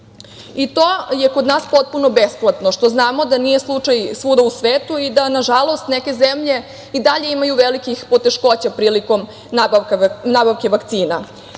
i to je kod nas potpuno besplatno, što znamo da nije slučaj svuda u svetu i da, nažalost, neke zemlje i dalje imaju velikih poteškoća prilikom nabavke vakcina. Naša